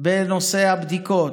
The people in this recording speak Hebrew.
בנושא הבדיקות,